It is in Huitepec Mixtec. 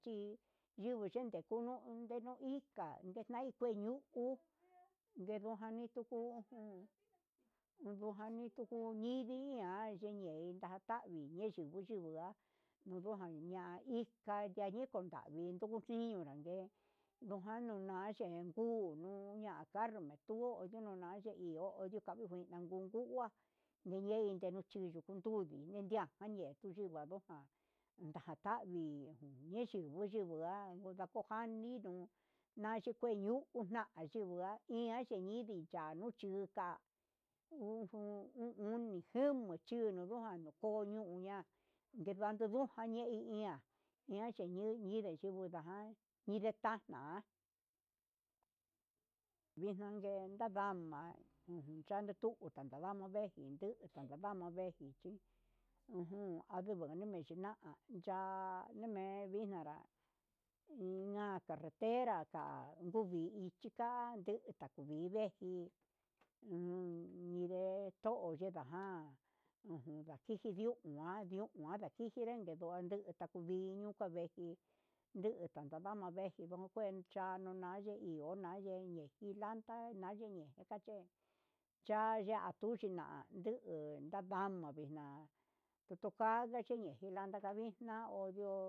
Chí yinguu yende njunu ndenuika ndenai kuñu uu kendojani tukujun tinukanidi ndini ya'a yeyein katangui niyungu chingua ninuja nia'a, hija na yikun ndavii, inujiga ne'e nanunachí he nguu ña'a carme tuu undutuna yeí yo lavinguika lakunkua, iyei nachikutundu nuu chuyu nunendia kave nu nichingua, andojan nakatavi unexhi kuxhi ngua nduku kujaniu naxhin kué ñuu unachi chingua iña xxhiñindi iin ya'a yuu ka'a uu uni jama chí yunujan nuu koño uña'a nivani nduja ne'e he ian yuna xhine ninde nguñajan ñinde jan na'a, vixnune nandáma ujun ndade chuu najan nanda ne'e ejin ndu najan naka ne'e, ndechi ujun nanduguu ndeni iná, na'a ya'á nine ndevixna nanrá ina carretera ndata nungui nichikande takuninde jí nguu nanive'e to'o yenda jan ujun najiji ndio uan ndio uan najinji nreke, ndundu nakuvinio xuaveji nunguu nakavana vejí ndunu keu cha'a nduna'a anye iho nayenke jilanda nayeñe ndikaché ta'a ya'a ndujina ndadana navixna tutukaya chile njilanda ondo.